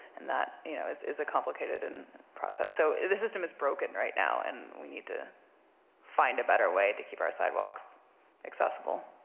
and that you know is a complicated and process. so the system is broken right now. and we need to find a better way to keep our sidewalks accessible.